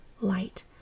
light